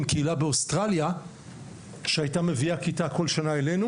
עם קהילה באוסטרליה שהייתה מביאה כיתה כל שנה אלינו